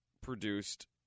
produced